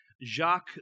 Jacques